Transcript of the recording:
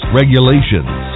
regulations